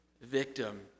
victim